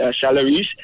salaries